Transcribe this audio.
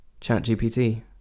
ChatGPT